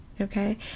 Okay